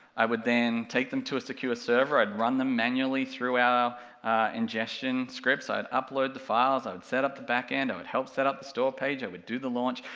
i would then take them to a secure server, i'd run them manually through our ingestion scripts, i'd upload the files, i'd set up the back end, i would help set up the store page, i would do the launch,